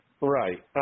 Right